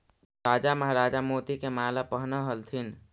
राजा महाराजा मोती के माला पहनऽ ह्ल्थिन